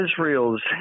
Israel's